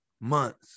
months